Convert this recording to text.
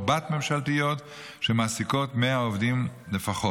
בת-ממשלתיות שמעסיקות 100 עובדים לפחות.